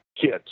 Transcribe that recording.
kids